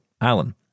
Alan